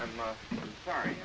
i'm sorry